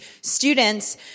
students